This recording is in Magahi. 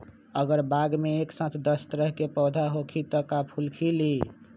अगर बाग मे एक साथ दस तरह के पौधा होखि त का फुल खिली?